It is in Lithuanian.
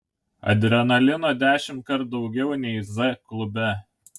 adrenalino dešimtkart daugiau nei z klube